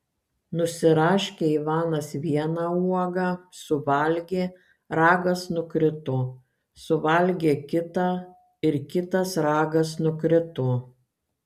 nusiraškė ivanas vieną uogą suvalgė ragas nukrito suvalgė kitą ir kitas ragas nukrito